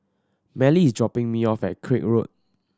Mallie is dropping me off at Craig Road